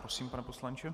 Prosím, pane poslanče.